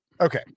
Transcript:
Okay